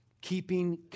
keeping